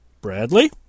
Bradley